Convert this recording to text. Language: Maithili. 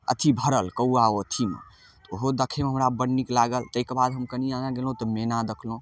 अथी भरल कौआ ओ अथीमे तऽ ओहो देखयमे हमरा बड नीक लागल तैके बाद हम कनी आगाँ गेलहुँ तऽ मेना देखलहुँ